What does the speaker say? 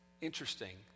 Interesting